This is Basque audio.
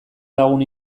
lagun